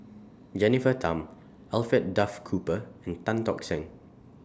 Jennifer Tham Alfred Duff Cooper and Tan Tock Seng